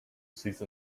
cease